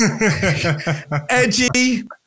Edgy